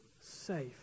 safe